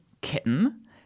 Kitten